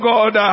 God